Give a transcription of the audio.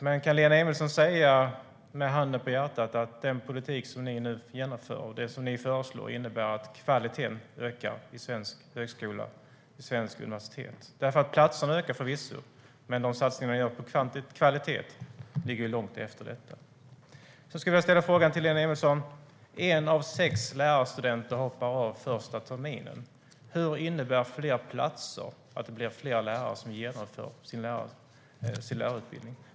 Men kan Lena Emilsson med handen på hjärtat säga att den politik ni nu genomför och föreslår innebär att kvaliteten ökar i svensk högskola och på svenska universitet? Platserna ökar förvisso. Men de satsningar man gör på kvalitet ligger långt efter detta. Jag skulle vilja ställa en fråga till Lena Emilsson. En av sex lärarstudenter hoppar av första terminen. Hur innebär fler platser att det blir fler studenter som genomför sin lärarutbildning?